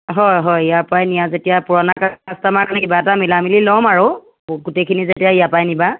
হয় হয় ইয়াৰ পৰাই নিয়া যেতিয়া পুৰণা কাষ্টমাৰ বুলি কিবা এটা মিলাই মেলি ল'ম আৰু গোটেইখিনি যেতিয়া ইয়াৰ পৰাই নিবা